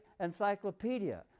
encyclopedia